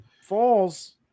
falls